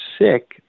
sick